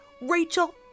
Rachel